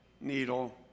needle